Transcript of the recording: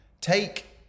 Take